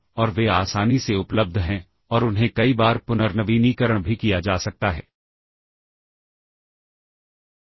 इसलिए हम रजिस्टरों के माध्यम से डेटा को सबरूटीन में भेज सकते हैं जो कि एक संभावना है